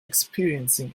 experiencing